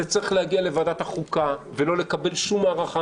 זה צריך להגיע לוועדת החוקה ולא לקבל שום הארכה.